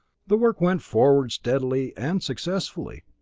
the work went forward steadily and successfully.